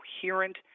coherent